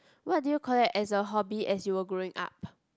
what do you collect as a hobby as you were growing up